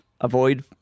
avoid